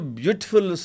beautiful